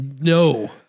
no